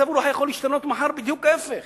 מצב הרוח יכול להשתנות מחר, בדיוק להיפך.